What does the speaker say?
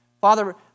Father